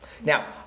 Now